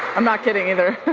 i'm not kidding either.